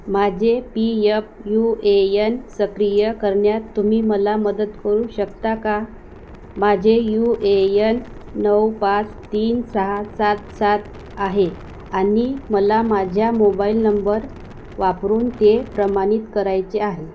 माझे P F U A N सक्रिय करण्यात तुम्ही मला मदत करू शकता का माझे यू ए यन नऊ पाच तीन सहा सात सात आहे आणि मला माझ्या मोबाईल नंबर वापरून ते प्रमाणित करायचे आहे